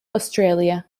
australia